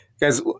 Guys